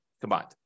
combined